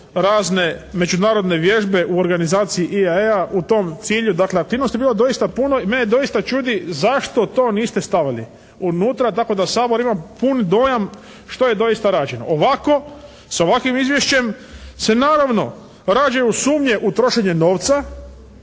razne međunarodne vježbe u organizaciji IA, EA, u tom cilju. Dakle aktivnosti je bilo doista puno i mene doista čudi zašto to niste stavili unutra tako da Sabor ima pun dojam što je doista rađeno. Ovako, sa ovakvim izvješćem se naravno rađaju sumnje u trošenje novca